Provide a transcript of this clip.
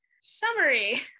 Summary